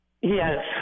Yes